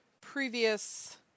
previous